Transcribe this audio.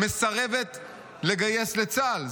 מסרבת לגייס לצה"ל.